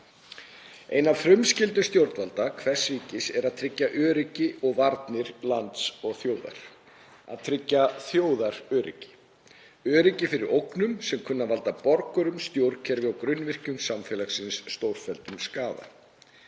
Ein af frumskyldum stjórnvalda hvers ríkis er að tryggja öryggi og varnir lands og þjóðar, að tryggja þjóðaröryggi. Öryggi fyrir ógnum sem kunna að valda borgurum, stjórnkerfi og grunnvirkjum samfélagsins stórfelldum skaða.